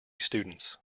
students